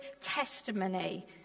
testimony